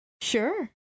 sure